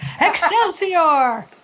Excelsior